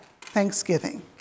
Thanksgiving